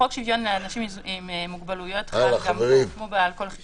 חוק שוויון לאנשים עם מוגבלויות חל כאן כמו בכל חיקוק אחר.